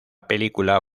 película